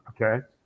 Okay